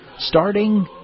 Starting